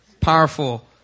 powerful